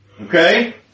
Okay